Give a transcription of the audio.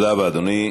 תודה רבה, אדוני.